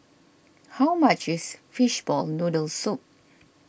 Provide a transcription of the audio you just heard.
how much is Fishball Noodle Soup